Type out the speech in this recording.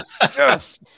Yes